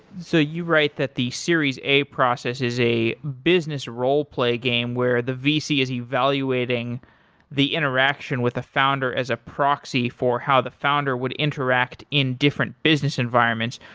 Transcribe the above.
so you write that the series a process is a business role-play game where the vc is evaluating the interaction with the founder as a proxy for how the founder would interact in different business environment.